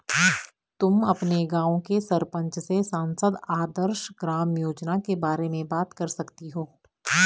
तुम अपने गाँव के सरपंच से सांसद आदर्श ग्राम योजना के बारे में बात कर सकती हो